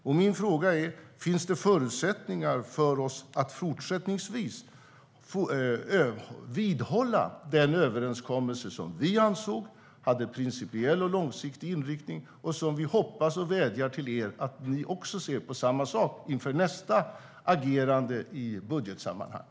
Och min fråga är: Finns det förutsättningar för oss att fortsättningsvis vidhålla den överenskommelse som vi ansåg hade principiell och långsiktig inriktning? Vi hoppas och vädjar till er att ni också ser på samma sak inför nästa agerande i budgetsammanhang.